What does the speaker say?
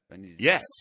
Yes